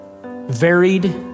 varied